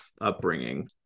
upbringing